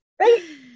Right